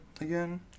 again